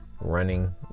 running